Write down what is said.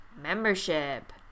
Membership